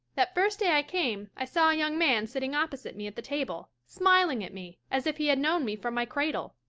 that first day i came i saw a young man sitting opposite me at the table, smiling at me as if he had known me from my cradle.